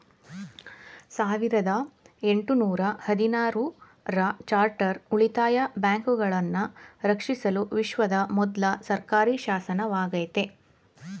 ಸಾವಿರದ ಎಂಟು ನೂರ ಹದಿನಾರು ರ ಚಾರ್ಟರ್ ಉಳಿತಾಯ ಬ್ಯಾಂಕುಗಳನ್ನ ರಕ್ಷಿಸಲು ವಿಶ್ವದ ಮೊದ್ಲ ಸರ್ಕಾರಿಶಾಸನವಾಗೈತೆ